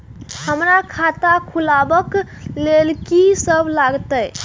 हमरा खाता खुलाबक लेल की सब लागतै?